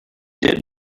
did